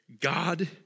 God